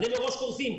אז הם מראש קורסים.